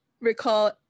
recall